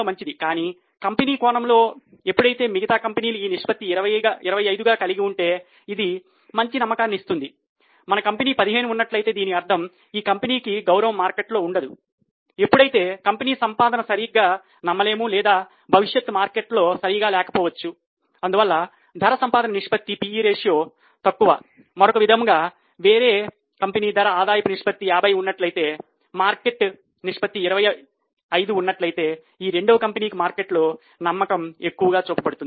మరొక విధముగా వేరే కంపెనీ ధర ఆదాయపు నిష్పత్తి 50 ఉన్నట్లయితే మార్కెట్ నిష్పత్తి 25 ఉన్నట్లయితే రెండవ కంపెనీకి మార్కెట్లో నమ్మకం ఎక్కువ గా చూపబడుతుంది